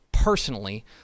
personally